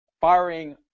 firing